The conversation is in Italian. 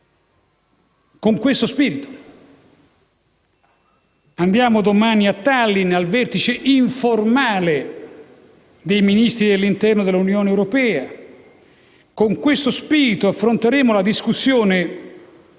Con questo spirito andiamo domani a Tallin al vertice informale dei Ministri dell'interno dell'Unione europea. Con questo spirito affronteremo la discussione